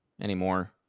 anymore